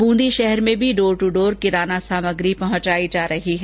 बूंदी शहर में भी डोर ट्र डोर किराना सामग्री पहुंचायी जा रही है